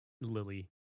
Lily